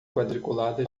quadriculada